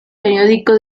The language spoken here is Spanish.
periódico